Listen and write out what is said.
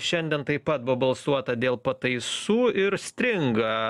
šiandien taip pat buvo balsuota dėl pataisų ir stringa